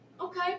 Okay